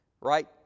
right